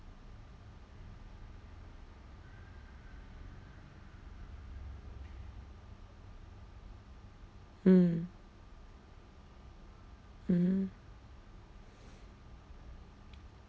mm mmhmm